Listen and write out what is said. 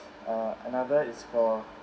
uh another is for